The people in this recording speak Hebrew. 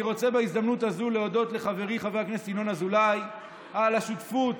אני רוצה בהזדמנות הזו להודות לחברי חבר הכנסת ינון אזולאי על השותפות